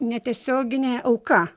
netiesioginė auka